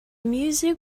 music